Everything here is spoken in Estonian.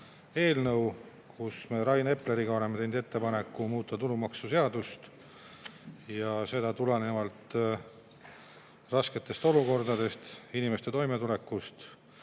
eelnõu, kus me Rain Epleriga oleme teinud ettepaneku muuta tulumaksuseadust ja seda tulenevalt raskest olukorrast, inimeste toimetulekust